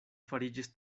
fariĝis